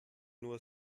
nur